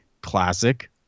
classic